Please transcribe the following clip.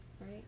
right